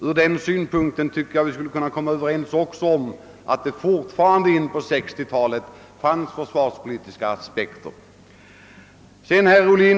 Med hänsyn härtill tycker jag att vi också skulle kunna komma överens om att det fortfarande in på 1960-talet kunde läggas försvarspolitiska aspekter på detta ämne.